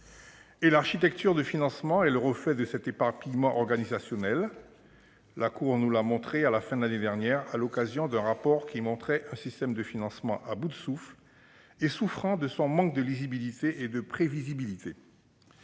L'architecture de financement est le reflet de cet éparpillement organisationnel. La Cour nous l'a montré à la fin de l'année dernière, à l'occasion d'un rapport qui mettait en lumière un système de financement à bout de souffle, souffrant d'un manque de lisibilité et de prévisibilité.